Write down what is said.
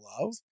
love